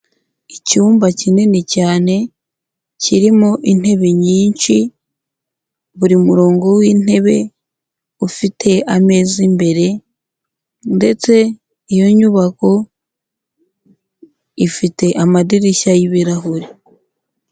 Icyumba kinini cyane, kirimo intebe nyinshi, buri murongo w'intebe ufite ameza imbere ndetse iyo nyubako ifite amadirishya y'ibirahure.